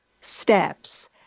steps